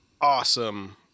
awesome